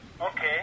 Okay